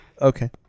Okay